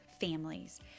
families